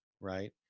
right